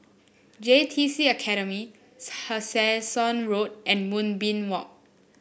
J T C Academy Tessensohn Road and Moonbeam Walk